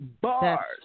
bars